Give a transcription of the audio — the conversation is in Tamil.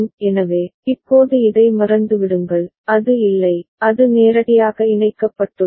எனவே இப்போது இதை மறந்துவிடுங்கள் அது இல்லை அது நேரடியாக இணைக்கப்பட்டுள்ளது